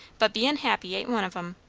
but bein' happy ain't one of em.